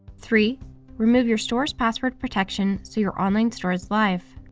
three remove your store's password protection so your online store is live.